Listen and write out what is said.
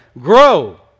Grow